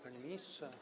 Panie Ministrze!